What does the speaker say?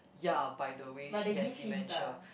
ya by the way she has dementia